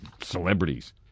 celebrities